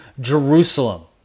Jerusalem